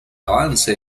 avance